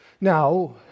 Now